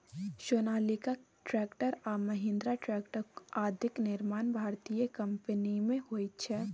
Sonalika tractor आ Mahindra tractor आदिक निर्माण भारतीय कम्पनीमे होइत छै